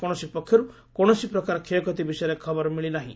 କୌଣସି ପକ୍ଷରୁ କୌଣସି ପ୍ରକାର କ୍ଷୟକ୍ଷତି ବିଷୟରେ ଖବର ମିଳି ନାହିଁ